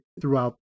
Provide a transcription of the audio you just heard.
throughout